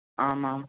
आमाम्